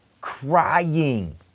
crying